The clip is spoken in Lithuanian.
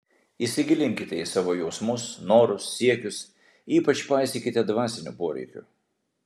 įsigilinkite į savo jausmus norus siekius ypač paisykite dvasinių poreikių